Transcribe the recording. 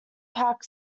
pack